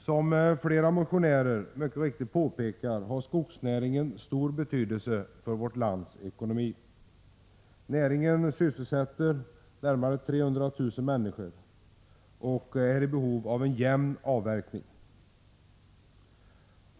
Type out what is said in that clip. Som flera motionärer mycket riktigt påpekar har skogsnäringen stor betydelse för vårt lands ekonomi. Näringen sysselsätter närmare 300 000 människor och är i behov av en jämn avverkning.